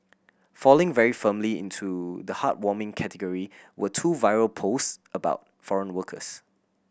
falling very firmly into the heartwarming category were two viral post about foreign workers